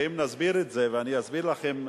ואם נסביר את זה, ואני אסביר לכם,